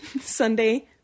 Sunday